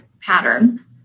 pattern